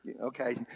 Okay